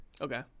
Okay